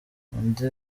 undi